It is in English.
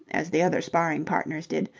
as the other sparring-partners did,